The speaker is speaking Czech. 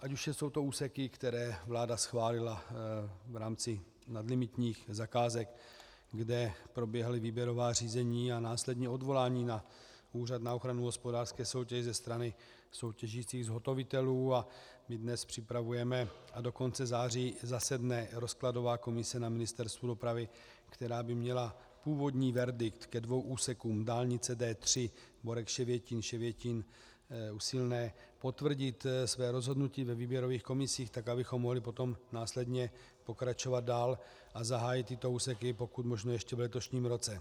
Ať už jsou to úseky, které vláda schválila v rámci nadlimitních zakázek, kde proběhla výběrová řízení a následně odvolání na Úřad na ochranu hospodářské soutěže ze strany soutěžících zhotovitelů, a my dnes připravujeme a do konce září zasedne rozkladová komise na Ministerstvu dopravy, která byla měla původní verdikt ke dvěma úsekům dálnice D3 BorekŠevětín, ŠevětínÚsilné potvrdit své rozhodnutí ve výběrových komisích, tak abychom mohli potom následně pokračovat dál a zahájit tyto úseky pokud možno ještě v letošním roce.